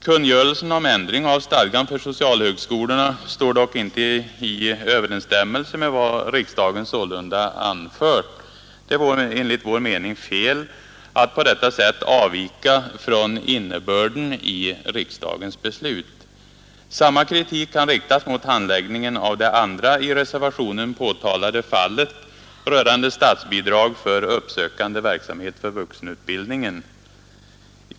Kungörelsen om ändring av stadgan för socialhögskolorna står inte i överensstämmelse med vad riksdagen anfört. Det är enligt vår mening fel att på detta sätt avvika från innebörden i riksdagens beslut. Samma kritik kan riktas mot handläggningen av det andra i reservationen påtalade fallet rörande statsbidrag för uppsökande verksamhet för vuxenutbildningen.